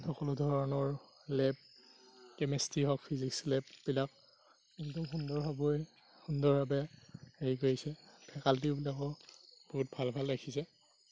সকলো ধৰণৰ lab chemistry হওক ফিজিক্স লেববিলাক একদম সুন্দৰভাবে সুন্দৰভাবে হেৰি কৰিছে ফেকাল্টিবিলাকো বহুত ভাল ভাল ৰাখিছে